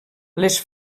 les